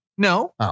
No